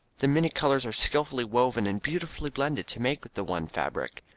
the many colors are skillfully woven and beautifully blended to make the one fabric.